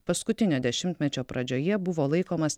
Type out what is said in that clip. paskutinio dešimtmečio pradžioje buvo laikomas